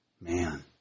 Man